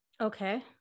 okay